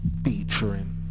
featuring